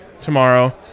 tomorrow